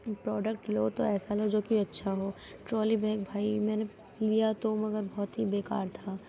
product لو تو ایسا لو جو کہ اچھا ہو ٹرالی بیگ بھائی میں نے لیا تو مگر بہت ہی بےکار تھا